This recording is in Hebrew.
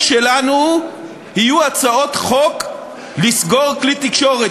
שלנו יהיו הצעות חוק לסגור כלי תקשורת,